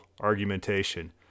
argumentation